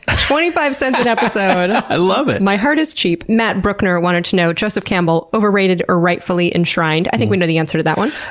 twenty-five cents an episode! i love it! my heart is cheap. matt brookner wanted to know joseph campbell overrated or rightfully enshrined? i think we know the answer to that one.